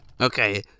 okay